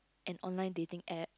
an online dating app